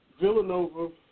Villanova